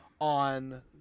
on